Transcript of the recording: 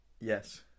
Yes